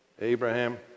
Abraham